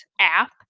app